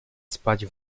spać